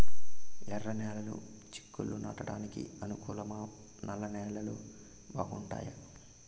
ఎర్రనేలలు చిక్కుళ్లు నాటడానికి అనుకూలమా నల్ల నేలలు బాగుంటాయా